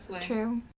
True